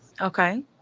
Okay